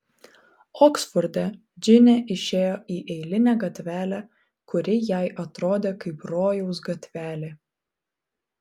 oksforde džinė išėjo į eilinę gatvelę kuri jai atrodė kaip rojaus gatvelė